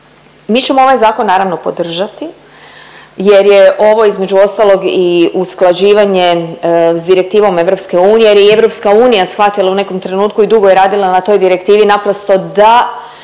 Mi ćemo ovaj zakon naravno podržati jer je ovo između ostalog i usklađivanje s direktivom EU jer je i EU shvatila u nekom trenutku i dugo je radila na toj direktivi naprosto da